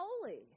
holy